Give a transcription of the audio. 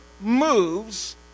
moves